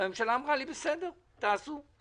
הממשלה אמרה לי: בסדר, תעשו.